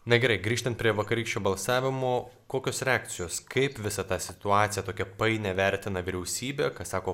na gerai grįžtant prie vakarykščio balsavimo kokios reakcijos kaip visą tą situaciją tokią painią vertina vyriausybė ką sako